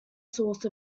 source